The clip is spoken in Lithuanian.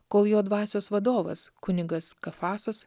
kol jo dvasios vadovas kunigas kafasas